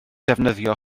defnyddio